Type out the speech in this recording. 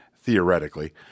theoretically